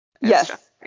Yes